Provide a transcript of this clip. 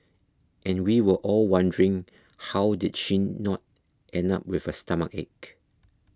and we were all wondering how did she not end up with a stomachache